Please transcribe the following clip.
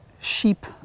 sheep